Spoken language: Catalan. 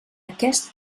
aquest